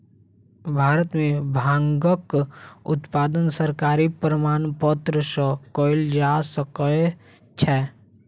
भारत में भांगक उत्पादन सरकारी प्रमाणपत्र सॅ कयल जा सकै छै